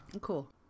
cool